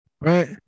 Right